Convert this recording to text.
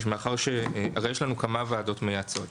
יש לנו כמה וועדות מייעצות,